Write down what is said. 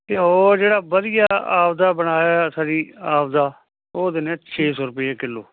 ਘਿਓ ਜਿਹੜਾ ਵਧੀਆ ਆਪਦਾ ਬਣਾਇਆ ਸਰੀ ਆਪਦਾ ਉਹ ਦਿਨੇ ਛੇ ਸੌ ਰੁਪਈਏ ਕਿਲੋ